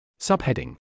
Subheading